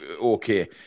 okay